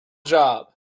job